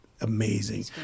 amazing